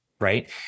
right